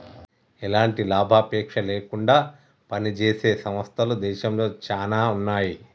ఎలాంటి లాభాపేక్ష లేకుండా పనిజేసే సంస్థలు దేశంలో చానా ఉన్నాయి